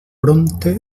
prompte